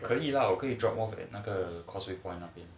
可以 lah 我可以打包在 causeway point 那边